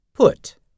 Put